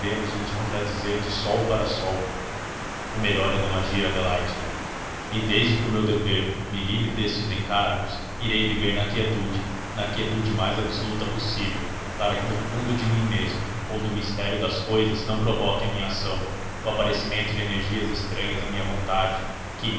havemos de nos contradizer de sol para sol o melhor é não agir adelaide e desde que o meu dever me livre destes encargos irei viver na quietude na quietude mais absoluta possível para que do fundo de mim mesmo ou do mistério das cousas não provoque a minha ação o aparecimento de energias estranhas à minha vontade que